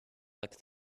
like